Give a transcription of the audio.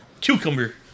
Cucumber